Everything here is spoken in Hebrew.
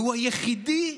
והוא היחידי.